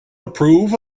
approve